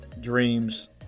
dreams